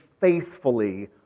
faithfully